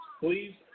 Please